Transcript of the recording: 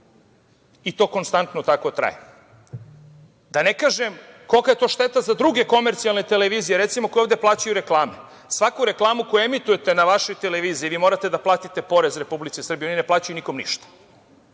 i to konstantno tako traje. Da ne kažem kolika je to šteta za druge komercijalne televizije, koje ovde plaćaju reklamu. Za svaku reklamu koju emitujete na vašoj televiziji vi morate da platite porez Republici Srbiji. Oni ne plaćaju nikom ništa.